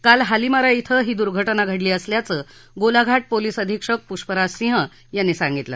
काल हालीमारा क्वें ही दुर्घटना घडली असल्याचं गोलाघाट पोलीस अधीक्षक पुष्पराज सिंह यांनी सांगितलं